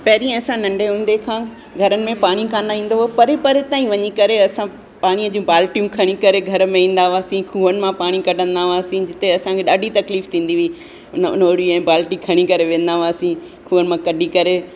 पहिरीं असां नंढे हूंदे खां घरनि में पाणी कान ईंदो हो परे परे ताईं वञी करे असां पाणीअ जी बाल्टियूं खणी करे घर में ईंदा हुआसीं खूहनि मां पाणी कढंदा हुआसीं सिं जिते असांखे ॾाढी तकलीफ़ु थींदी हुई इन नोरी ऐं बाल्टी खणी करे वेंदा हुआसीं खूहनि मां कढी करे